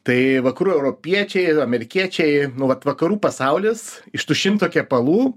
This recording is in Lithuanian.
tai vakarų europiečiai amerikiečiai nu vat vakarų pasaulis iš tų šimto kepalų